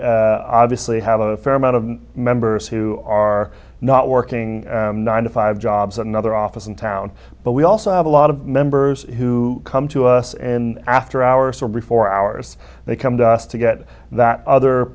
e obviously have a fair amount of members who are not working nine to five jobs another office in town but we also have a lot of members who come to us and after hours or before hours they come to us to get that other